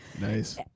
Nice